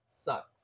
sucks